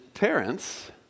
Parents